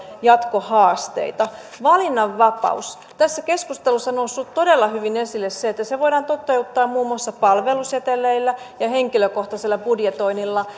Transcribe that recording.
jatkohaasteita valinnanvapaus tässä keskustelussa on noussut todella hyvin esille se että se voidaan toteuttaa muun muassa palveluseteleillä ja henkilökohtaisella budjetoinnilla